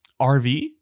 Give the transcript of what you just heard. RV